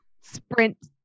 Sprint